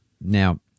Now